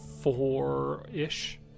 four-ish